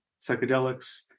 psychedelics